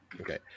Okay